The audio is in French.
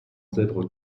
zèbre